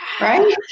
right